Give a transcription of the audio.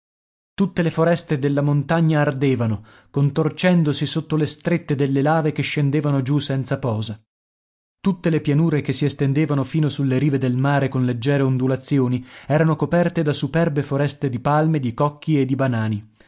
tutte le foreste della montagna ardevano contorcendosi sotto le strette delle lave che scendevano giù senza posa tutte le pianure che si estendevano fino sulle rive del mare con leggere ondulazioni erano coperte da superbe foreste di palme di cocchi e di banani